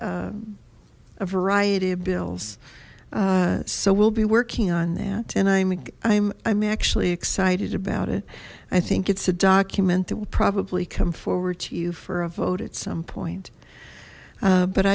a variety of bills so we'll be working on that and i'm i'm i'm actually excited about it i think it's a document that will probably come forward to you for a vote at some point